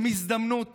הן הזדמנות